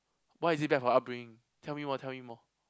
why is it bad for upbringing tell me more tell me more